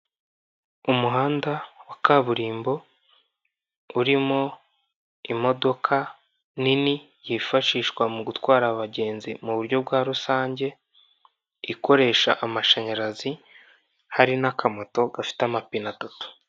Umuhanda wa kaburimbo urimo imodoka nini yifashishwa mu gutwara abagenzi mu buryo bwa rusange ikoresha amashanyarazi hari n'akamoto gafite amapine atatu.